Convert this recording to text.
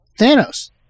Thanos